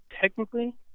technically